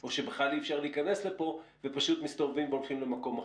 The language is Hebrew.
או שבכלל אי אפשר להיכנס לפה ופשוט מסתובבים והולכים למקום אחר?